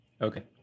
Okay